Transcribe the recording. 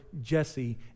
Jesse